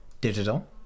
digital